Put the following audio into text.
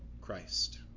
Christ